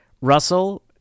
Russell